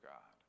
God